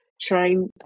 trying